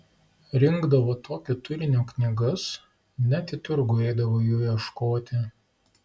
rinkdavo tokio turinio knygas net į turgų eidavo jų ieškoti